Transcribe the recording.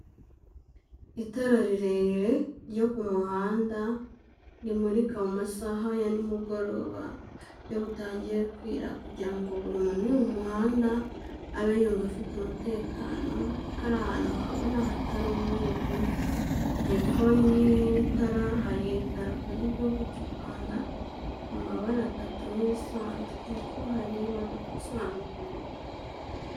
Itara rirerire ryo ku muhanda rimurika mu masaha ya ni mugoroba, iyo butangiye kwira kugira ngo buri muntu uri mu muhanda abe yumva afite umutekano, kuko ari ahantu habona hatari umwijima. Hepfo y'iri tara hari idarapo ry'igihugu cy'u Rwanda mu mabara atatu nk'ibisanzwe, hepfo hari imodoka isanzwe nayo.